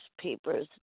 papers